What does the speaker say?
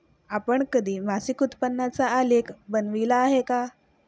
आपण कधी मासिक उत्पन्नाचा आलेख बनविला आहे का?